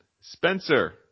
Spencer